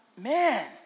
man